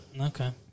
okay